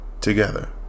together